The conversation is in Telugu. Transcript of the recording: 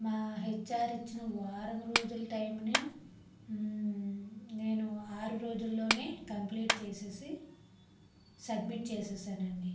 మా హెచ్ఆర్ ఇచ్చిన వారం రోజుల టైంనే నేను ఆరు రోజులలో కంప్లీట్ చేసి సబ్మిట్ చేసాను అండి